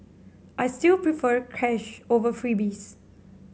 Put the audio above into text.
I still prefer cash over freebies